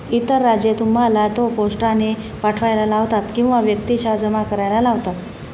इतर राज्ये तुम्हाला तो पोस्टाने पाठवायला लावतात किंवा व्यक्तिशः जमा करायला लावतात